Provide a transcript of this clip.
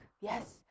Yes